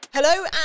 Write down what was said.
Hello